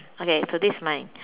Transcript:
okay so this is mine